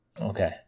Okay